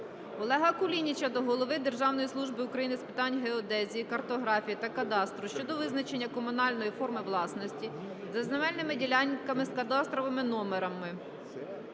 Олега Кулініча до Голови Державної служби України з питань геодезії, картографії та кадастру щодо визначення комунальної форми власності за земельними ділянками з кадастровими номерами.